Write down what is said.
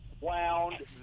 wound